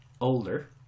older